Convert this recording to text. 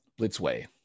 Blitzway